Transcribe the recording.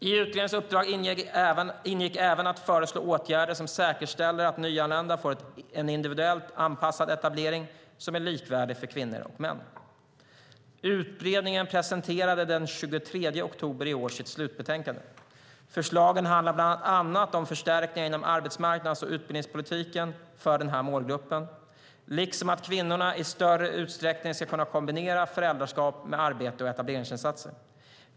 I utredningens uppdrag ingick även att föreslå åtgärder som säkerställer att nyanlända får en individuellt anpassad etablering som är likvärdig för kvinnor och män. Utredningen presenterade den 23 oktober i år sitt slutbetänkande. Förslagen handlar bland annat om förstärkningar inom arbetsmarknads och utbildningspolitiken för denna målgrupp, liksom att kvinnorna i större utsträckning ska kunna kombinera föräldraskap med arbete och etableringsinsatser.